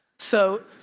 so